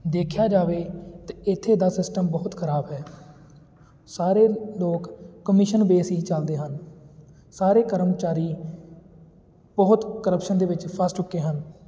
ਦੇਖਿਆ ਜਾਵੇ ਤਾਂ ਇੱਥੇ ਦਾ ਸਿਸਟਮ ਬਹੁਤ ਖਰਾਬ ਹੈ ਸਾਰੇ ਲੋਕ ਕਮਿਸ਼ਨ ਬੇਸ ਹੀ ਚਲਦੇ ਹਨ ਸਾਰੇ ਕਰਮਚਾਰੀ ਬਹੁਤ ਕ੍ਰਪਸ਼ਨ ਦੇ ਵਿੱਚ ਫਸ ਚੁੱਕੇ ਹਨ